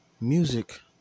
music